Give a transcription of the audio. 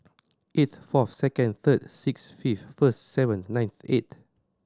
eighth fourth second third six fifth first seventh ninth eight